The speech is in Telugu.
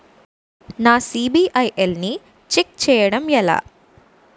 నా సిబిఐఎల్ ని ఛెక్ చేయడం ఎలా?